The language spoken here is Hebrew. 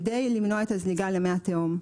כדי למנוע את הזליגה למי התהום.